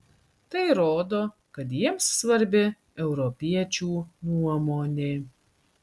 tai rodo kad jiems svarbi europiečių nuomonė